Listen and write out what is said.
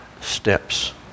steps